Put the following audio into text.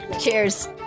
Cheers